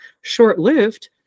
short-lived